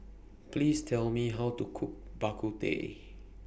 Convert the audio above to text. Please Tell Me How to Cook Bak Kut Teh